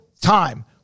time